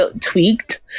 tweaked